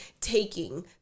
taking